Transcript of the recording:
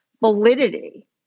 validity